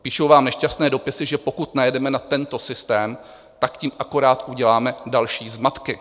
Píšou vám nešťastné dopisy, že pokud najedeme na tento systém, tak tím akorát uděláme další zmatky.